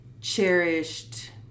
cherished